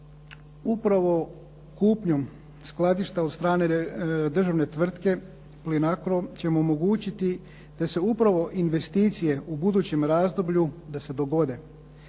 upravo kupnjom skladišta od strane državne tvrtke Plinacro ćemo omogućiti da se upravo investicije u budućem razdoblju da se